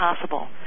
possible